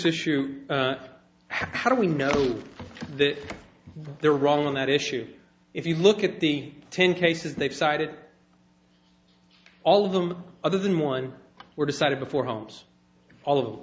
issue how do we know that they're wrong on that issue if you look at the ten cases they've cited all of them other than one were decided before homes al